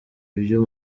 ibyo